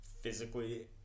physically